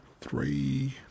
three